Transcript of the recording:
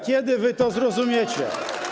Kiedy wy to zrozumiecie?